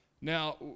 Now